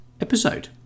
episode